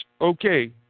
okay